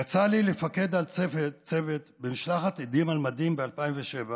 יצא לי לפקד על צוות במשלחת "עדים במדים"